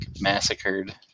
massacred